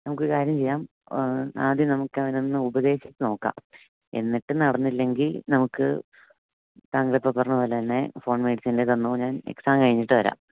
നമുക്ക് ഒരു കാര്യം ചെയ്യാം ആദ്യം നമുക്ക് അവനെ ഒന്ന് ഉപദേശിച്ച് നോക്കാം എന്നിട്ട് നടന്നില്ലെങ്കിൽ നമുക്ക് താങ്കളിപ്പോൾ പറഞ്ഞത് പോലെ തന്നെ ഫോൺ മേടിച്ച് എൻ്റെ കയ്യിൽ തന്നോ ഞാൻ എക്സാം കഴിഞ്ഞിട്ട് തരാം